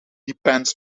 depends